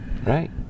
Right